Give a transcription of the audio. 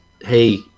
hey